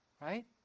Right